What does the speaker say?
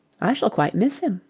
i shall quite miss him.